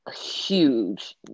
huge